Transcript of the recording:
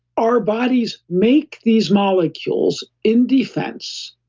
our bodies make these molecules in defense,